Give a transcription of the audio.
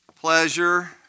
pleasure